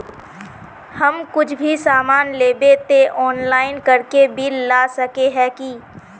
हम कुछ भी सामान लेबे ते ऑनलाइन करके बिल ला सके है की?